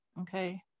Okay